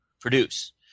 produce